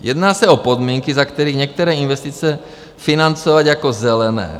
Jedná se o podmínky, za kterých některé investice financovat jako zelené.